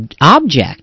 object